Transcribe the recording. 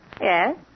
Yes